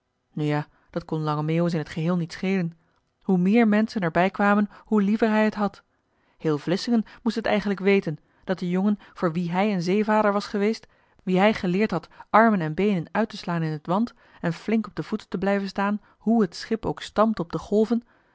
ja dat kon lange meeuwis in t geheel niet schelen hoe meer menschen er bij kwamen hoe liever hij het had heel vlissingen moest het eigenlijk weten dat de jongen voor wien hij een zeevader was geweest wien hij geleerd had armen en beenen uit te slaan in het want en flink op de voeten te blijven staan hoe het schip ook stampte op de golven